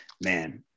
Man